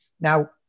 Now